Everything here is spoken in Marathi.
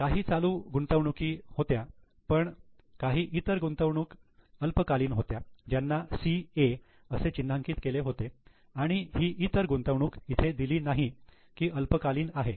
काही चालू गुंतवणुकी होत्या पहा काही इतर गुंतवणूक अल्पकालीन होत्या ज्यांना 'CA' असे चिन्हांकित केले होते आणि ही इतर गुंतवणूक इथे दिले नाही की अल्पकालीन आहे